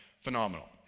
phenomenal